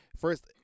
first